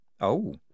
Oh